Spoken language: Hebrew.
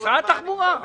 אני